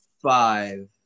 five